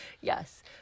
Yes